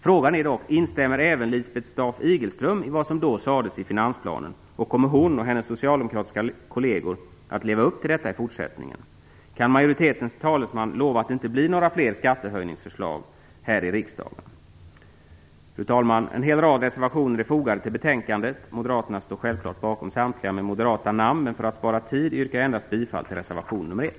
Frågan är dock: Instämmer även Lisbeth Staaf Igelström i vad som sades i finansplanen, och kommer hon och hennes socialdemokratiska kolleger att leva upp till detta i fortsättningen? Kan majoritetens talesman lova att det inte blir några fler skattehöjningsförslag här i riksdagen? Fru talman! En hel rad reservationer är fogade till betänkandet. Moderaterna står självfallet bakom samtliga med moderata namn, men för att spara tid yrkar jag endast bifall till reservation nr 1.